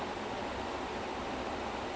he was earning that much to be able to buy it